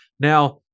Now